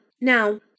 Now